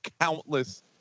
countless